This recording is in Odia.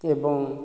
ଏବଂ